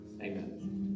Amen